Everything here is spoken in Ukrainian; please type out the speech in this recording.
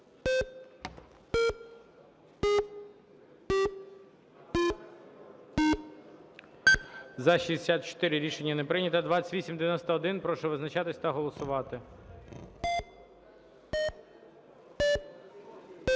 За-64 Рішення не прийнято. 2891. Прошу визначатися та голосувати.